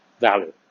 value